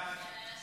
סעיף 1